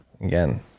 again